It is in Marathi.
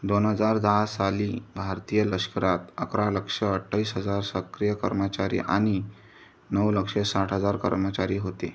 दोन हजार दहा साली भारतीय लष्करात अकरा लक्ष अठ्ठावीस हजार सक्रिय कर्मचारी आणि नऊ लक्ष साठ हजार कर्मचारी होते